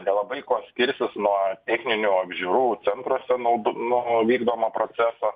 nelabai kuo skirsis nuo techninių apžiūrų centruose naud nuo vykdomą procesą